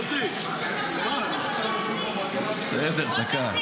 דודי --- הוא עוד לא סיים